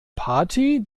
party